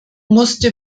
musste